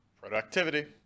productivity